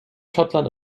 schottland